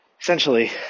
essentially